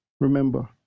Remember